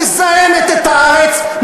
את מזהמת את הארץ,